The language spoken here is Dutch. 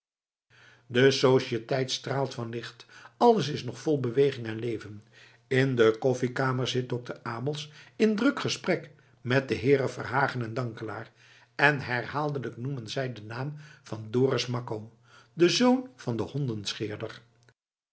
de societeit straalt van licht alles is nog vol beweging en leven in de koffiekamer zit dokter abels in druk gesprek met de heeren verhagen en dankelaar en herhaaldelijk noemen zij den naam van dorus makko den zoon van den